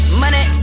money